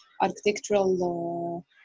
architectural